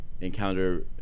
encounter